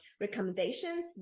recommendations